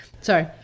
Sorry